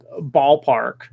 ballpark